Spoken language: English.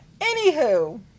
anywho